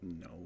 No